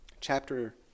chapter